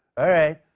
alright.